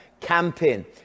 camping